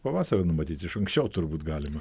pavasario numatyt iš anksčiau turbūt galima